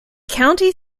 county